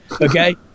Okay